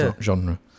genre